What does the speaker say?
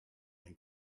and